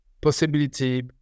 possibility